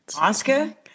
Oscar